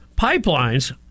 pipelines